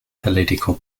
political